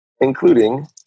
including